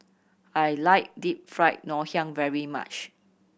I like Deep Fried Ngoh Hiang very much